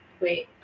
Wait